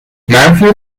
منفی